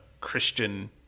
Christian